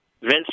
Vince